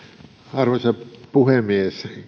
arvoisa puhemies